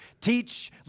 Teach